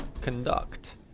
conduct